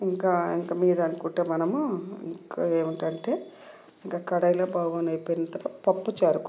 ఇంకా ఇంక మీద అనుకుంటే మనము ఇంక ఏంటంటే ఇంక కడాయిలో పెంకతో పప్పుచారు